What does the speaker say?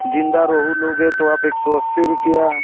ज़िंदा रोहू लोगे तो आप एक सौ अस्सी रुपया